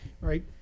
right